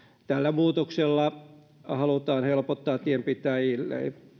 tällä muutoksella halutaan helpottaa tienpitäjille